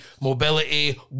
mobility